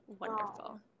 wonderful